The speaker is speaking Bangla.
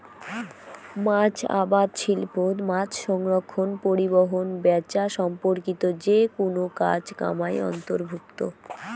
মাছ আবাদ শিল্পত মাছসংরক্ষণ, পরিবহন, ব্যাচা সম্পর্কিত যেকুনো কাজ কামাই অন্তর্ভুক্ত